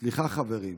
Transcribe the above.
סליחה, חברים,